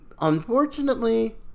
unfortunately